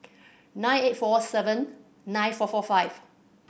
nine eight four seven nine four four five